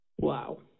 Wow